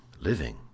Living